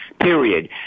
period